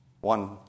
One